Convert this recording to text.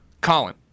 Colin